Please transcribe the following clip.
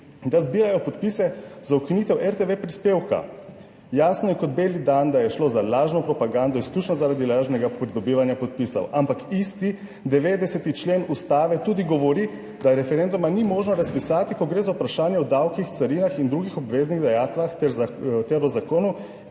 da zbirajo podpise za ukinitev RTV prispevka. Jasno je kot beli dan, da je šlo za lažno propagando izključno zaradi lažnega pridobivanja podpisov, ampak isti 90. člen ustave tudi govori, da referenduma ni možno razpisati, ko gre za vprašanje o davkih, carinah in drugih obveznih dajatvah ter o zakonu,